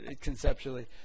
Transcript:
conceptually